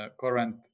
current